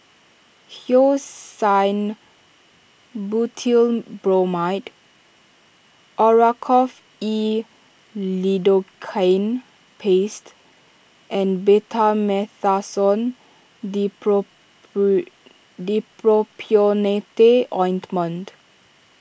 Hyoscine Butylbromide Oracort E Lidocaine Paste and Betamethasone Dipropionate Ointment